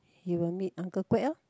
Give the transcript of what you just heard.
he will meet Uncle Quek orh